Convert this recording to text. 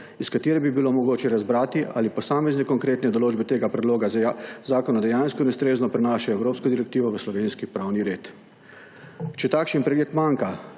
iz katere bi bilo mogoče razbrati ali posamezni konkretne določbe tega predloga zakona dejansko in ustrezno prenašajo evropsko direktivo v slovenski pravni red. Če takšen pregled manjka,